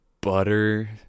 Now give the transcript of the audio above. butter